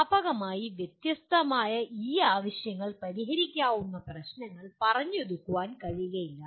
വ്യാപകമായി വ്യത്യസ്തമായ ഈ ആവശ്യങ്ങൾ പരിഹരിക്കാവുന്ന പ്രശ്നമായി പറഞ്ഞൊതുക്കാൻ കഴിയില്ല